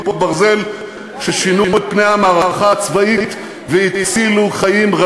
ברזל" ששינו את פני המערכת הצבאית והצילו חיים.